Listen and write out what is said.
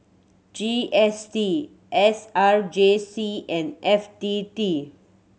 G S T S R J C and F T T